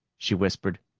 she whispered,